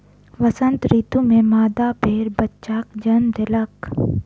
वसंत ऋतू में मादा भेड़ बच्चाक जन्म देलक